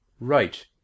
Right